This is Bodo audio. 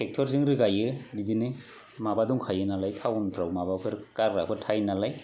ट्रेक्टरजों रोगायो बिदिनो माबा दंखायो नालाय थाउनफ्राव माबाफोर गारग्राफोर थायो नालाय